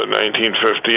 1950